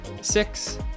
six